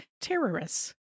terrorists